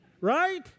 Right